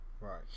Right